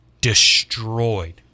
destroyed